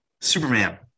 Superman